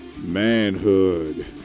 manhood